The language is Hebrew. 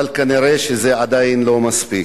אבל כנראה זה עדיין לא מספיק,